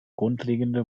grundlegende